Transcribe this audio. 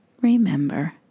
remember